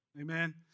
Amen